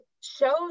shows